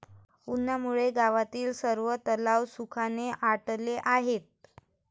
उन्हामुळे गावातील सर्व तलाव सुखाने आटले आहेत